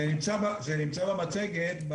זה נמצא בסוף המצגת,